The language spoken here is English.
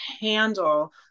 handle